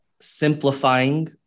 simplifying